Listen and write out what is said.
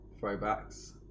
throwbacks